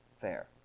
fair